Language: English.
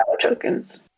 tokens